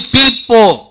people